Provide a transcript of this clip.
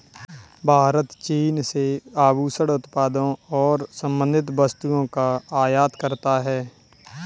भारत चीन से आभूषण उत्पादों और संबंधित वस्तुओं का आयात करता है